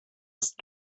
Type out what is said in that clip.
ist